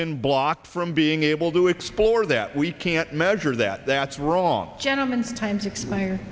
been blocked from being able to explore that we can't measure that that's wrong gentlemen times explaining